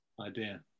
idea